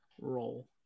role